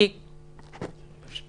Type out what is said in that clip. בסעיף 3 הכנסת יכולה לבטל